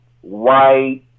white